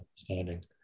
understanding